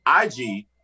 IG